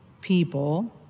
people